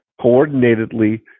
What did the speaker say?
coordinatedly